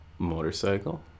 Motorcycle